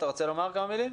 אתה רוצה לומר כמה מילים?